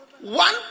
One